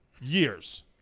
Years